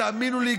תאמינו לי,